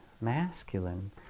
masculine